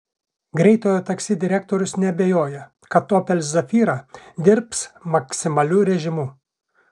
greitojo taksi direktorius neabejoja kad opel zafira dirbs maksimaliu režimu